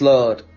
Lord